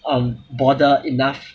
um bother enough